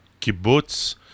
kibbutz